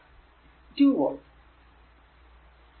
പിന്നെ v 3 4 i3